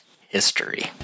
history